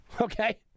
Okay